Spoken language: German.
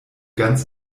ganz